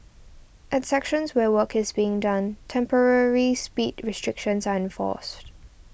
at sections where work is being done temporary speed restrictions are enforced